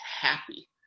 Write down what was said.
happy